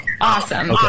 awesome